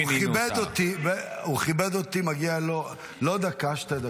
--- הוא כיבד אותי, מגיעה לו לא דקה, שתי דקות.